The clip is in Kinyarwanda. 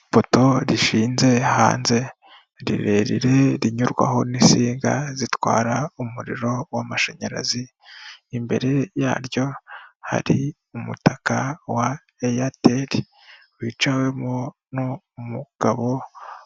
Ipoto rishinze hanze rirerire rinyurwaho n'insinga zitwara umuriro w'amashanyarazi, imbere yaryo hari umutaka wa Airtel, wicawemo n'umugabo